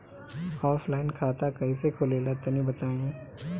Offline खाता कइसे खुलेला तनि बताईं?